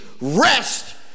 rest